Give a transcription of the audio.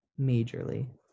Majorly